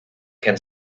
can